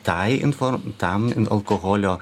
tai info tam alkoholio